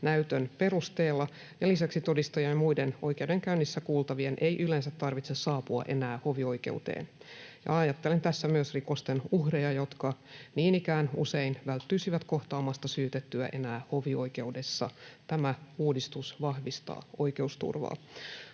näytön perusteella, ja lisäksi todistajien ja muiden oikeudenkäynnissä kuultavien ei yleensä tarvitse saapua enää hovioikeuteen. Ajattelen tässä myös rikosten uhreja, jotka niin ikään usein välttyisivät kohtaamasta syytettyä enää hovioikeudessa. Tämä uudistus vahvistaa oikeusturvaa.